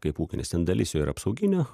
kaip ūkinis ten dalis jo yra apsauginio